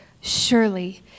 Surely